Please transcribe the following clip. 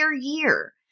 year